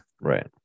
Right